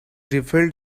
refilled